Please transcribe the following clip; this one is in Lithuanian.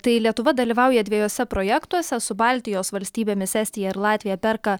tai lietuva dalyvauja dviejuose projektuose su baltijos valstybėmis estija ir latvija perka